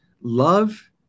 Love